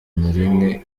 honorine